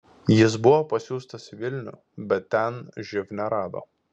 jis buvo pasiųstas į vilnių bet ten živ nerado